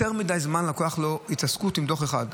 לוקח לו יותר מידי זמן בהתעסקות עם דוח אחד.